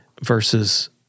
versus